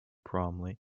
bromley